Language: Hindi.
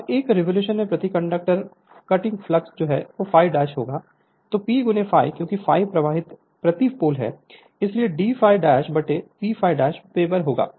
अब एक रिवॉल्यूशन में प्रति conductor cut flux d ∅ dash होगा P ∅ क्योंकि ∅ प्रवाह प्रति पोल है इसलिए d ∅ डैश P ∅ वेबर होगा